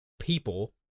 people